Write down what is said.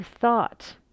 thought